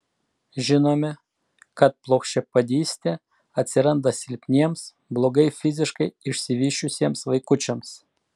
žinome kad plokščiapėdystė atsiranda silpniems blogai fiziškai išsivysčiusiems vaikučiams